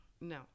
no